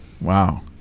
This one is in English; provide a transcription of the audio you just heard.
Wow